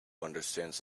understands